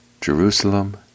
Jerusalem